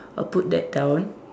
I'll put that down